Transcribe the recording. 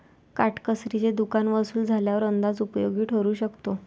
काटकसरीचे दुकान वसूल झाल्यावर अंदाज उपयोगी ठरू शकतो